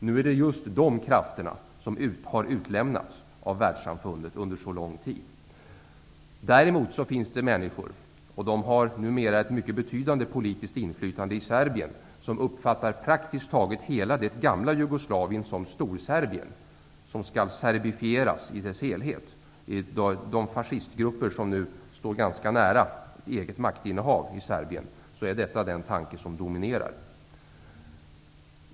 Nu är det just dessa krafter som har utlämnats av hela världssamfundet under så lång tid. Däremot finns det människor med betydande politiskt inflytande i Serbien som uppfattar praktiskt taget hela det gamla Jugoslavien som Storserbien som skall ''serbifieras'' i dess helhet. Det är bland de fascistgrupper som nu står ganska nära eget maktinnehav i Serbien som denna tanke dominerar.